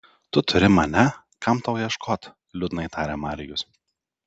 tu turi mane kam tau ieškot liūdnai tarė marijus